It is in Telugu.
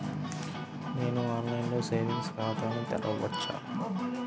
నేను ఆన్లైన్లో సేవింగ్స్ ఖాతాను తెరవవచ్చా?